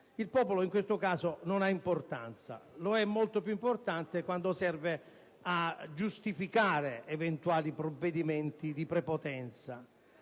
Il popolo in questo caso non ha importanza: è molto più importante quando serve a giustificare eventuali provvedimenti di prepotenza.